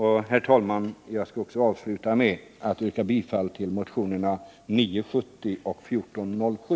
Herr talman! Jag vill avsluta mitt anförande med att också yrka bifall till motionerna 970 och 1407.